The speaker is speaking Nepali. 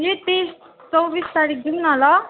यही तेइस चौबिस तारिक जाउँ न ल